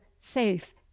safe